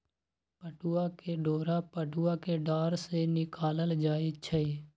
पटूआ के डोरा पटूआ कें डार से निकालल जाइ छइ